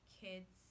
kids